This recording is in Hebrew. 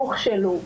הוכשלו.